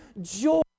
joy